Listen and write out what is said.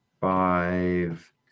Five